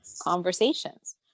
conversations